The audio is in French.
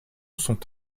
sont